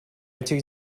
этих